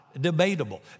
debatable